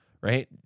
right